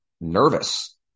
nervous